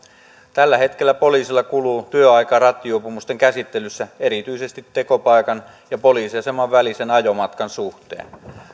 tällä hetkellä poliisilla kuluu työaikaa rattijuopumusten käsittelyssä erityisesti tekopaikan ja poliisiaseman välisen ajomatkan suhteen